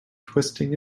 twisting